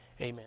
Amen